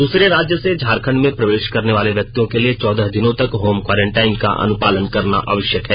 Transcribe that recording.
दूसरे राज्यों से झारखंड में प्रवेश करने वाले व्यक्तियों के लिए चौदह दिनों तक होम क्वॉरेंटाइन का अनुपालन करना आवश्यक है